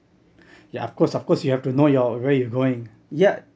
yeah of course of course you have to know your where you're going yeah